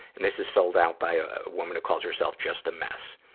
and this is filled out by a woman who calls herself just a mess.